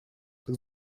так